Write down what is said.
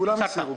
כולם הסירו.